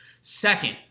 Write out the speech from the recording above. Second